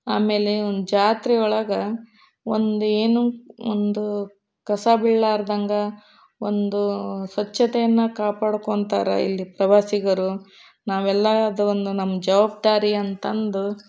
ಆಮೇಲೆ ಒಂದು ಜಾತ್ರೆ ಒಳಗೆ ಒಂದು ಏನೂ ಒಂದು ಕಸ ಬೀಳಲಾರ್ದಂಗ ಒಂದು ಸ್ವಚ್ಛತೆಯನ್ನು ಕಾಪಾಡ್ಕೊಂತಾರೆ ಇಲ್ಲಿ ಪ್ರವಾಸಿಗರು ನಾವೆಲ್ಲ ಅದು ಒಂದು ನಮ್ಮ ಜವಾಬ್ದಾರಿ ಅಂತಂದು